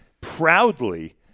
proudly